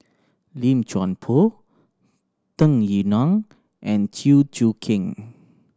Lim Chuan Poh Tung Yue Nang and Chew Choo Keng